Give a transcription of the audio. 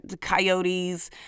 coyotes